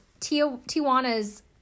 Tijuana's